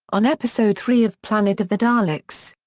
on episode three of planet of the daleks.